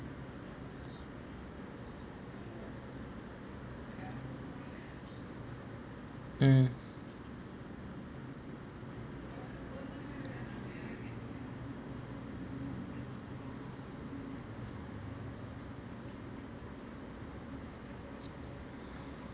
mm